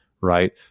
right